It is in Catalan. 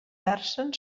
versen